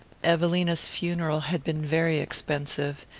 evelina's funeral had been very expensive,